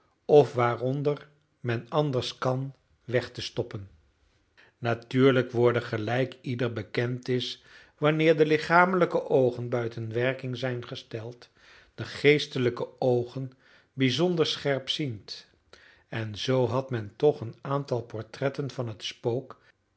of waaronder men anders kan weg te stoppen natuurlijk worden gelijk ieder bekend is wanneer de lichamelijke oogen buiten werking zijn gesteld de geestelijke oogen bijzonder scherpziend en zoo had men toch een aantal portretten van het spook